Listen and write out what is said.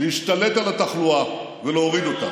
להשתלט על התחלואה ולהוריד אותה.